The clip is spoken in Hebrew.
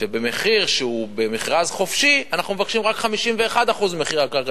ובמחיר שהוא במכרז חופשי אנחנו מבקשים רק 51% ממחיר הקרקע,